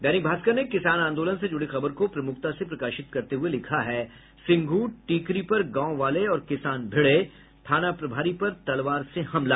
दैनिक भास्कर ने किसान आंदोलन से जुड़ी खबर को प्रमुखता से प्रकाशित करते हुये लिखा है सिंघु टीकरी पर गांव वाले और किसान भिड़े थाना प्रभारी पर तलवार से हमला